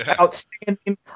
outstanding